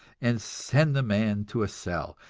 and send the man to a cell,